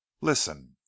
Listen